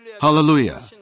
Hallelujah